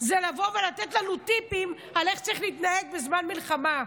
זה לבוא ולתת לנו טיפים על איך צריך להתנהג בזמן מלחמה.